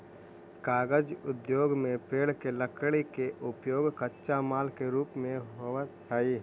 कागज उद्योग में पेड़ के लकड़ी के उपयोग कच्चा माल के रूप में होवऽ हई